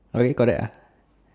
okay really correct ah